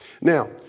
Now